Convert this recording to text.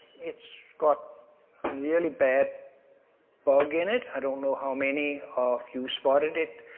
it's got really bad bug in it, i don't know how many of you spotted it,